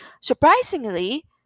Surprisingly